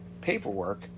paperwork